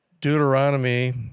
deuteronomy